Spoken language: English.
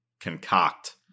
concoct